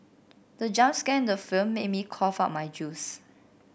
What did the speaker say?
the jump scare in the film made me cough out my juice